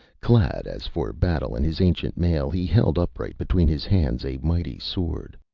clad as for battle in his ancient mail, he held upright between his hands a mighty sword.